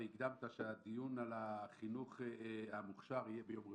והבטחת שהדיון על המוכשר יהיה ביום רביעי,